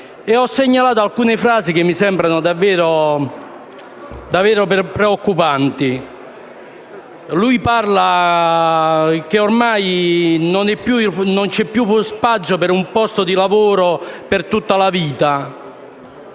Ho segnato alcune frasi che mi sembrano davvero preoccupanti. Egli dice - per esempio - che ormai non c'è più spazio per il posto di lavoro per tutta la vita.